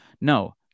no